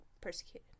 Persecuted